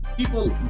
People